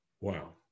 Wow